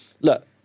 look